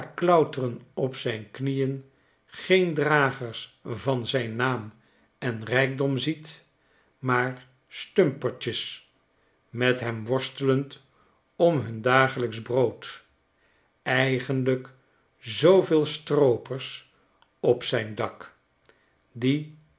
klauteren op zijn knieen geen dragers van zijn naam en rijkdom ziet maar stumpertjes met hem worstelend om hun dagelijksch brood eigenlijk zooveel stroopers op zijn dak die